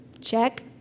Check